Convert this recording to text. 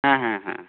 হ্যাঁ হ্যাঁ হ্যাঁ